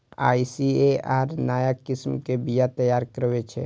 ICAR नया किस्म के बीया तैयार करै छै